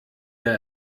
der